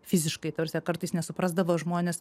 fiziškai ta prasme kartais nesuprasdavo žmonės